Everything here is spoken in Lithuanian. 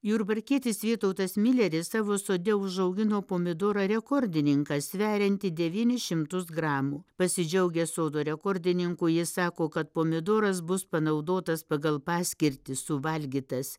jurbarkietis vytautas mileris savo sode užaugino pomidorą rekordininką sveriantį devynis šimtus gramų pasidžiaugęs sodo rekordininku jis sako kad pomidoras bus panaudotas pagal paskirtį suvalgytas